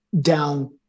down